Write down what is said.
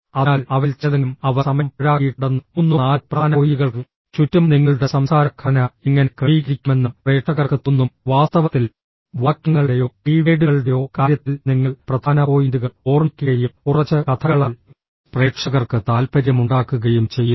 അതിനാൽ അവയിൽ ചിലതെങ്കിലും അവർ സമയം പാഴാക്കിയിട്ടുണ്ടെന്നും മൂന്നോ നാലോ പ്രധാന പോയിന്റുകൾക്ക് ചുറ്റും നിങ്ങളുടെ സംസാര ഘടന എങ്ങനെ ക്രമീകരിക്കുമെന്നും പ്രേക്ഷകർക്ക് തോന്നും വാസ്തവത്തിൽ വാക്യങ്ങളുടെയോ കീവേഡുകളുടെയോ കാര്യത്തിൽ നിങ്ങൾ പ്രധാന പോയിന്റുകൾ ഓർമ്മിക്കുകയും കുറച്ച് കഥകളാൽ പ്രേക്ഷകർക്ക് താൽപ്പര്യമുണ്ടാക്കുകയും ചെയ്യുന്നു